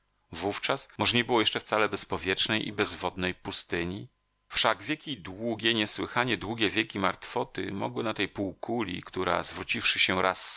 wówczas może nie było jeszcze wcale bezpowietrznej i bezwodnej pustyni wszak wieki długie niesłychanie długie wieki martwoty mogły na tej półkuli która zwróciwszy się raz